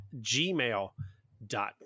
gmail.com